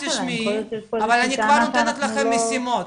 תיכף תשמעי, אבל אני כבר נותנת לכם משימות,